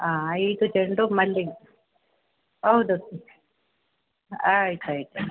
ಆಂ ಈಗ ಚೆಂಡು ಮಲ್ಲಿಗೆ ಹೌದು ಆಯ್ತು ಆಯಿತು